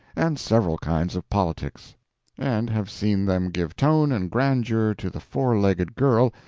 and several kinds of politics and have seen them give tone and grandeur to the four-legged girl,